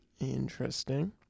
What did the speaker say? Interesting